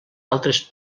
altres